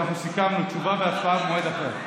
אנחנו סיכמנו: תשובה והצבעה במועד אחר.